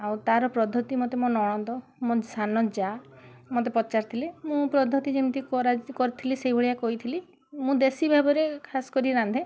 ଆଉ ତା'ର ପ୍ରଦ୍ଧତି ମୋତେ ମୋ ନଣନ୍ଦ ମୋ ସାନ ଯାଆ ମୋତେ ପଚାରିଥିଲେ ମୁଁ ପ୍ରଦ୍ଧତି ଯେମିତି କରିଥିଲି ସେଇଭଳିଆ କହିଥିଲି ମୁଁ ଦେଶୀ ଭାବରେ ଖାସ୍ କରି ରାନ୍ଧେ